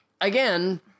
again